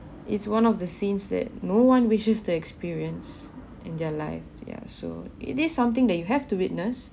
it's one of the scenes that no one wishes to experience in their life ya so it is something that you have to witness